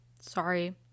sorry